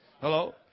Hello